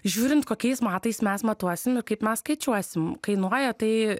žiūrint kokiais matais mes matuosim ir kaip mes skaičiuosim kainuoja tai